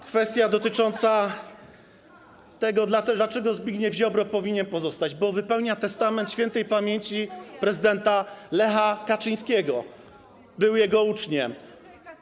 Kwestia dotycząca tego, dlaczego Zbigniew Ziobro powinien pozostać: bo wypełnia testament śp. prezydenta Lecha Kaczyńskiego, był jego uczniem.